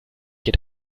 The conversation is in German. geht